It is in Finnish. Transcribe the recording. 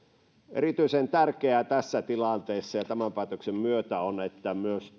erityisen tärkeää tässä tilanteessa ja tämän päätöksen myötä on että tehdään myös